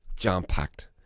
jam-packed